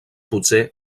potser